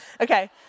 Okay